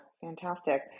Fantastic